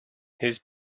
his